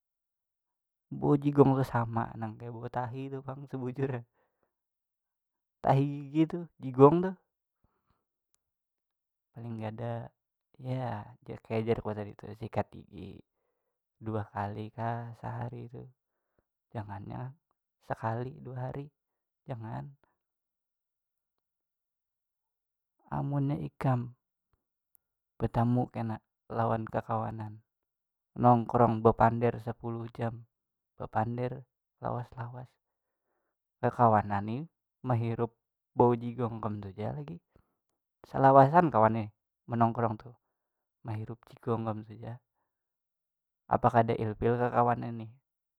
Bau jigong tuh sama nang kaya bebau tahi tu pang sebujurnya tahi tuh jigong tuh paling kada ya kaya jar ku tadi tuh sikat gigi dua kali kah sehari tuh jangan yang sekali dua hari jangan amunnya ikam betamu kena lawan kekawanan nongkrong bepander sepuluh jam bepander lawas lawas kekawanan nih mahirup bau jigong kam tu ja lagi selawasan kawan nih menongkrong tuh mahirup jigong kam tuh ja apa kada ilfeel kekawanan nih.